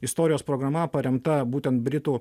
istorijos programa paremta būtent britų